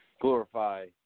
glorify